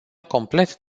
complet